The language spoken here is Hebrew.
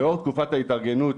לאור תקופת ההתארגנות,